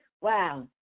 wow